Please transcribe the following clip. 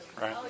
right